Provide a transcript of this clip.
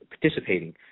participating